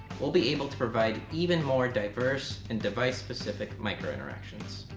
we'll be able to provide even more diverse and device-specific microinteractions.